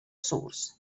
source